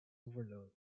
overload